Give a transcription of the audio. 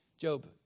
Job